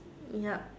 yup